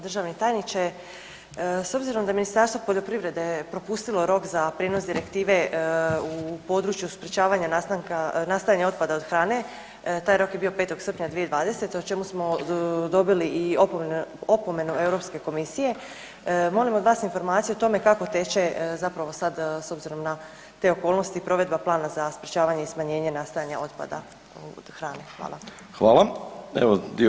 Državni tajniče s obzirom da je Ministarstvo poljoprivrede propustilo rok za prijenos direktive u području sprječavanja nastajanja otpada od hrane, taj rok je bio 5. srpnja 2020. o čemu smo dobili i opomenu Europske komisije, molim od vas informaciju o tome kako teče zapravo sad s obzirom na te okolnosti provedba plana za sprječavanje i smanjenje nastajanja otpada hrane.